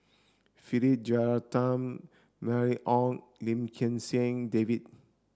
Philip Jeyaretnam Mylene Ong Lim Kim San David